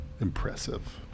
impressive